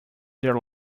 their